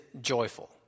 joyful